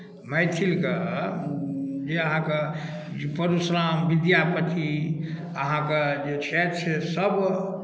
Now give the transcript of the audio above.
मैथिलके जे अहाँके परशुराम विद्यापति अहाँके जे छथि सेसभ